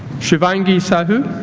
shuvangi sahu